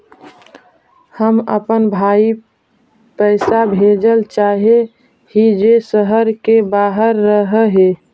हम अपन भाई पैसा भेजल चाह हीं जे शहर के बाहर रह हे